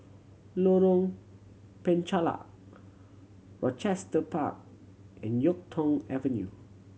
Lorong Penchalak Rochester Park and Yuk Tong Avenue